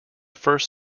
first